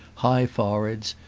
high foreheads,